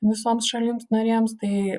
visoms šalims narėms tai